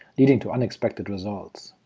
leading to unexpected results.